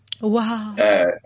Wow